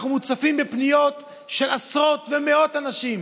אנחנו מוצפים בפניות של עשרות ומאות אנשים